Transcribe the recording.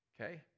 Okay